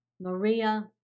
Maria